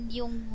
yung